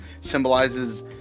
symbolizes